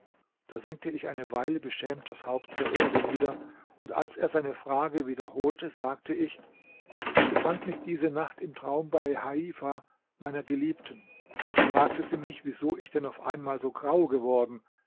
da senkte ich eine weile beschämt das haupt zur erde nieder und als er seine frage wiederholte sagte ich ich befand mich diese nacht im traum bei heifa meiner geliebten da fragte sie mich wieso ich denn auf einmal so grau geworden